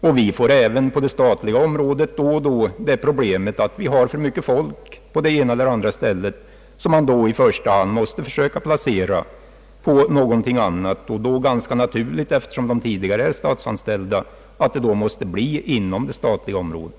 Också inom det statliga området får vi emellanåt för mycket folk på det ena eller andra stället, och då måste man i första hand söka placera de övertaliga i något annat arbete. Eftersom de redan har statlig anställning, är det ganska naturligt att man måste placera dem inom det statliga området.